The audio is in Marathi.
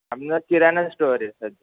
आपण किराणा स्टोर आहे सर